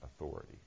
authority